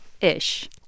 Ish